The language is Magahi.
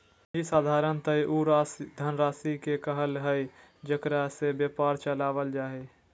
पूँजी साधारणतय उ धनराशि के कहइ हइ जेकरा से व्यापार चलाल जा हइ